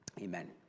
Amen